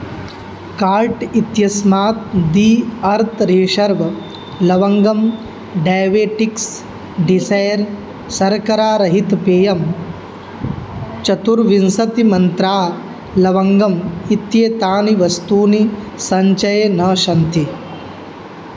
cart इत्यस्मात् the earth reserve लवङ्गं diabetics desire सर्करारहितं पेयं चतुर्विंशतिमन्त्राः लवङ्गम् इत्येतानि वस्तूनि सञ्चये न सन्ति